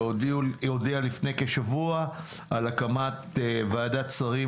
שהודיעה לפני כשבוע על הקמת ועדת שרים